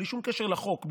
בלי שום קשר לחוק,